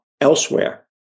elsewhere